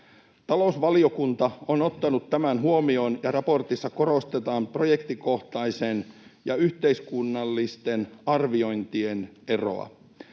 Talousvaliokunta on ottanut tämän huomioon, ja raportissa korostetaan projektikohtaisten ja yhteiskunnallisten arviointien eroa.